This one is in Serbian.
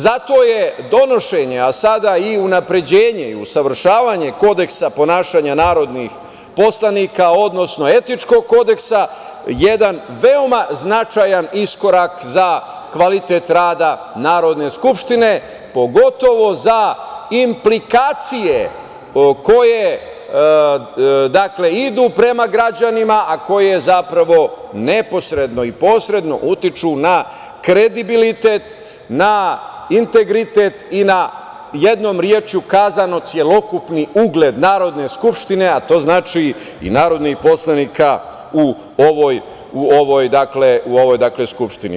Zato je donošenje, a sada i unapređenje i usavršavanje Kodeksa ponašanja narodnih poslanika, odnosno etičkog Kodeksa jedan veoma značajan iskorak za kvalitet rada Narodne skupštine, pogotovo za implikacije koje idu prema građanima, a koje zapravo neposredno i posredno utiču na kredibilitet, na integritet i, na jednom rečju, kazano, celokupni ugled Narodne skupštine, a to znači i narodnih poslanika u ovoj Skupštini.